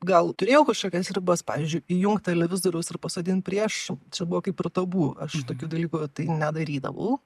gal turėjau kažkokias ribas pavyzdžiui įjungt televizoriaus ir pasodint prieš čia buvo kaip ir tabu aš tokių dalykų tai nedarydavau